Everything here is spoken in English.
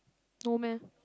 no meh